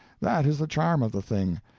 that is the charm of the thing,